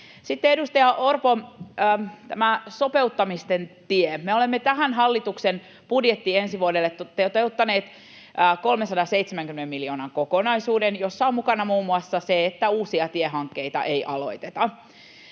Sitten, edustaja Orpo, tämä sopeuttamisten tie. Me olemme tähän hallituksen budjettiin ensi vuodelle toteuttaneet 370 miljoonan kokonaisuuden, jossa on mukana muun muassa se, että uusia tiehankkeita ei aloiteta.